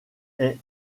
est